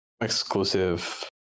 exclusive